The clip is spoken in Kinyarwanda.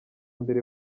mbere